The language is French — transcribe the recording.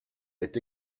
est